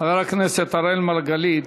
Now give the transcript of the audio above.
חבר הכנסת אראל מרגלית,